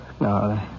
No